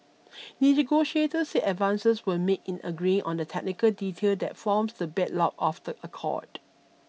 negotiators said advances were made in agreeing on the technical detail that forms the bedrock of the accord